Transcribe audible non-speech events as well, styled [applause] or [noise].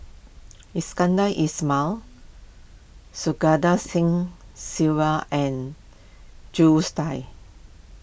Iskandar [noise] Ismail Santokh Singh Grewal and Jules [unintelligible]